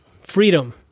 freedom